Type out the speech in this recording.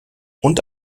und